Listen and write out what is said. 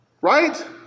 right